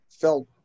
felt